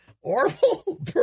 Orville